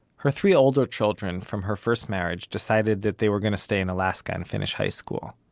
her three older children from her first marriage decided that they were going to stay in alaska and finish high school.